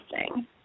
Interesting